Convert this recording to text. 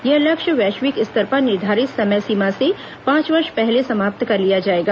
यह लक्ष्य वैश्विक स्तर पर निर्धारित समय सीमा से पांच वर्ष पहले प्राप्त कर लिया जाएगा